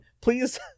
please